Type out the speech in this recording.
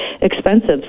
expensive